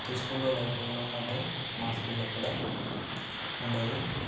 ప్రతి స్కూల్లో లైబ్రరీ ఉన్నట్టు మా స్కూల్లో కూడా ఉండేది